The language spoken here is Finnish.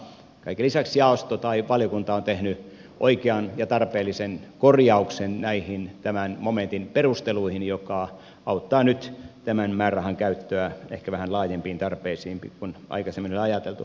kaiken lisäksi valiokunta on tehnyt tämän momentin perusteluihin oikean ja tarpeellisen korjauksen joka auttaa nyt tämän määrärahan käyttöä ehkä vähän laajempiin tarpeisiin kuin aikaisemmin oli ajateltu